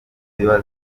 ziba